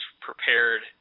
prepared